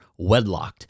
wedlocked